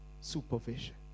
supervision